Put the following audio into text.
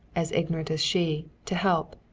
as ignorant as she, to help.